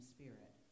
Spirit